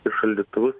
ir šaldytuvus